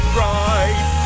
right